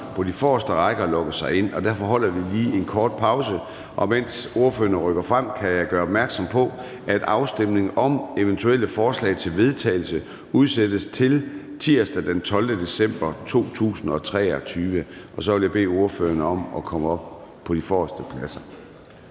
på de forreste rækker og logge sig ind. Derfor holder vi lige en kort pause. Mens ordførerne rykker frem, kan jeg gøre opmærksom på, at afstemning om eventuelle forslag til vedtagelse udsættes til tirsdag den 12. december 2023. Så vil jeg bede ordførerne om at komme op på de forreste pladser.